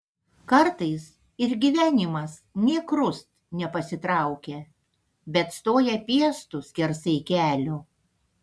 kartais ir gyvenimas nė krust nepasitraukia bet stoja piestu skersai kelio